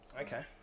Okay